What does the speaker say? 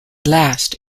last